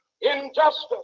injustice